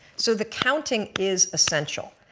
so the counting is essential.